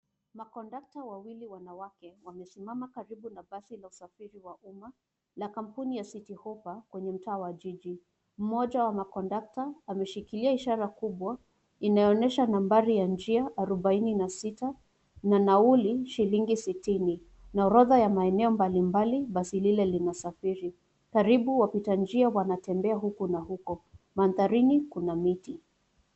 Makondakta wawili wanawake wamesimama karibu na basi la usafiri wa umma la kampuni ya Citi Hoppa kwenye mtaa wa jiji. Mmoja wa makondakta ameshikilia ishara kubwa inayoonyesha nambari ya njia arubaini na sita na nauli shilingi sitini na orodha ya maeneo mbalimbali basi lile linasafiri. Karibu wapita njia wanatembea huku na huko. Mandharini kuna miti.